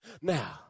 Now